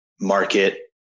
market